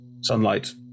sunlight